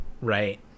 Right